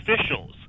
officials